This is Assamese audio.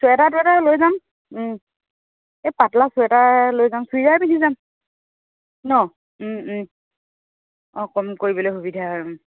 চুৱেটাৰ টুৱেটাৰ লৈ যাম এই পাতলা চুৱেটাৰ লৈ যাম চুইজাৰ পিন্ধি যাম ন অঁ কম কৰিবলে সুবিধা হয়